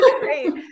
great